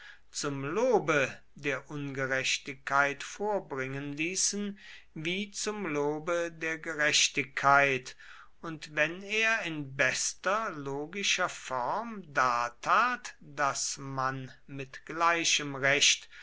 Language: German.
zum lobe der ungerechtigkeit vorbringen ließen wie zum lobe der gerechtigkeit und wenn er in bester logischer form dartat daß man mit gleichem recht